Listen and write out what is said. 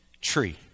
tree